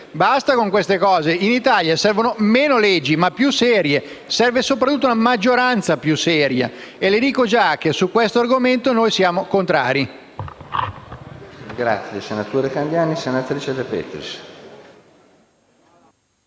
Basta con queste cose. In Italia servono meno leggi, ma più serie. Serve soprattutto una maggioranza più seria. Le anticipo che su questo argomento noi siamo contrari.